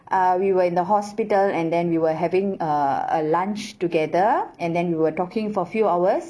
uh we were in the hospital and then we were having uh a lunch together and then we were talking for few hours